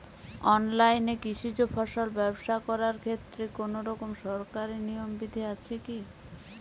অনলাইনে কৃষিজ ফসল ব্যবসা করার ক্ষেত্রে কোনরকম সরকারি নিয়ম বিধি আছে কি?